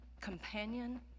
companion